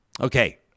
Okay